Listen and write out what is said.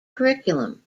curriculum